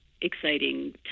exciting